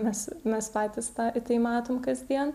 nes mes patys tą į tai matom kasdien